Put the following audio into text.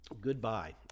goodbye